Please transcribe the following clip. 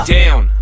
down